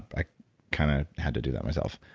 i kind of had to do that myself.